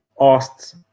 asked